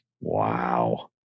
Wow